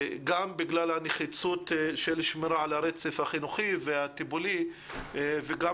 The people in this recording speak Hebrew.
גם בגלל הנחיצות של שמירה על הרצף החינוכי והטיפולי וגם